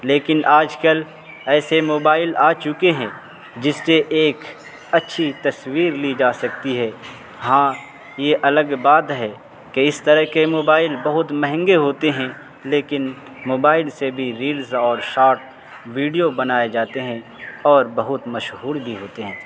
لیکن آج کل ایسے موبائل آ چکے ہیں جس سے ایک اچھی تصویر لی جا سکتی ہے ہاں یہ الگ بات ہے کہ اس طرح کے موبائل بہت مہنگے ہوتے ہیں لیکن موبائل سے بھی ریلز اور شارٹ ویڈیو بنائے جاتے ہیں اور بہت مشہور بھی ہوتے ہیں